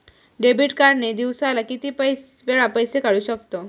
Debit card ने दिवसाला किती वेळा पैसे काढू शकतव?